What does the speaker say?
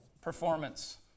performance